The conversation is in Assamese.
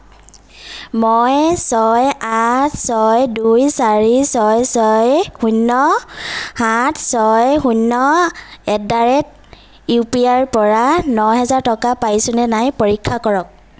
মই ছয় আঠ ছয় দুই চাৰি ছয় ছয় শূন্য সাত ছয় শূন্য at the rate at U P আইৰ পৰা নহাজাৰ টকা পাইছোঁনে নাই পৰীক্ষা কৰক